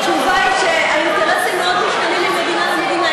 התשובה היא שהאינטרסים מאוד משתנים ממדינה למדינה.